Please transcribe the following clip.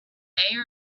mayor